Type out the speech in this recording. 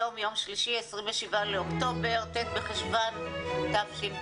היום יום שלישי, 27.10.2020, ט' בחשוון תשפ"א.